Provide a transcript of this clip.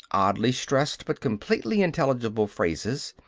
oddly stressed, but completely intelligible phrases,